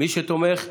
מי שתומך,